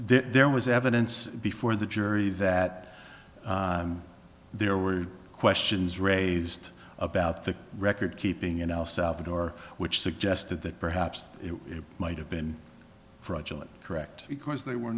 right there was evidence before the jury that there were questions raised about the record keeping in el salvador which suggested that perhaps it might have been fraudulent correct because they were